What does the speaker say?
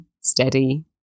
steady